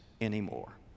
anymore